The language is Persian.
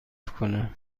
کنم